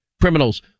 criminals